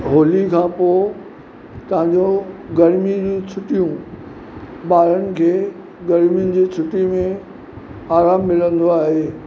होली खां पोइ तव्हांजो गर्मी जी छुटियूं ॿारनि खे गर्मीअ जी छुटियुनि में आरामु मिलंदो आहे